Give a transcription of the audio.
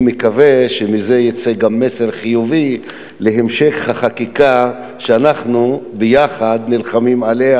אני מקווה שמזה יצא גם מסר חיובי להמשך החקיקה שאנחנו יחד נלחמים עליה